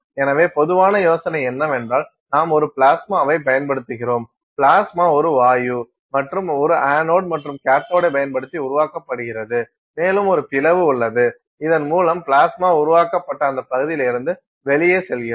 எனவே பொதுவான யோசனை என்னவென்றால் நாம் ஒரு பிளாஸ்மாவைப் பயன்படுத்துகிறோம் பிளாஸ்மா ஒரு வாயு மற்றும் ஒரு அனோட் மற்றும் கேத்தோடைப் பயன்படுத்தி உருவாக்கப்படுகிறது மேலும் ஒரு பிளவு உள்ளது இதன் மூலம் பிளாஸ்மா உருவாக்கப்பட்ட அந்த பகுதியிலிருந்து வெளியே செல்கிறது